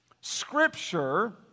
Scripture